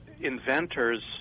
Inventors